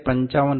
તેથી તે 55